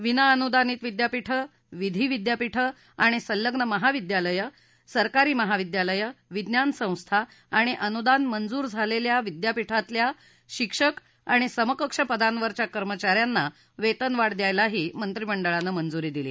विनाअनुदानित विद्यापीठं विधी विद्यापीठं आणि संलग्न महाविद्यालयं सरकारी महाविद्यालयं विज्ञान संस्था आणि अनुदान मंजूर झालेल्या विद्यापिठांमधल्या शिक्षक आणि समकक्ष पदांवरच्या कर्मचा यांना वेतनवाढ द्यायलाही मंत्रिमंडळानं मंजुरी दिली